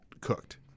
cooked